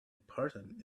person